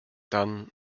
dann